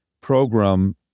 program